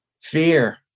Fear